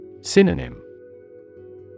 Synonym